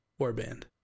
warband